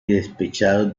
despechados